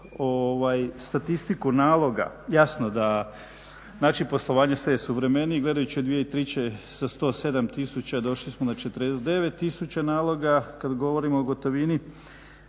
statistiku naloga jasno da način poslovanja sve je suvremeniji gledajući od 2003. sa 107 tisuća došli smo na 49 tisuća naloga. Kad govorimo o gotovini